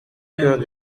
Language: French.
heures